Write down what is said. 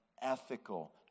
ethical